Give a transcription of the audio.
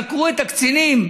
חקרו את הקצינים,